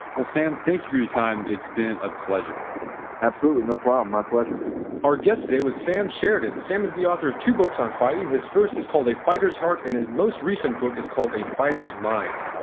well, sam, thank you for your time. it's been a pleasure absolutely, no problem, my pleasure our guess today was sam sheridan. sam is the author of two books on fighting, his first is called the fighter's heart and his most recent book is called a fighter's mind,